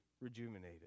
rejuvenated